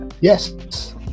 Yes